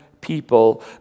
people